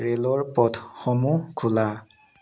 ৰে'লৰ পথসমূহ খোলা